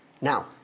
Now